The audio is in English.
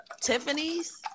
Tiffany's